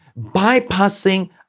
bypassing